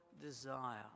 desire